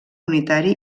unitari